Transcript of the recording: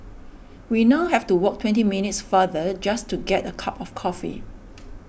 we now have to walk twenty minutes farther just to get a cup of coffee